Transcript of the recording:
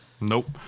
Nope